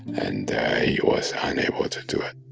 and he was unable to do it